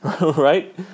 right